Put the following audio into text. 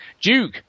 Duke